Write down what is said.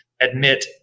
admit